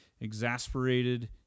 exasperated